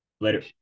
Later